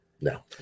no